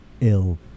ill